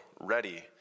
ready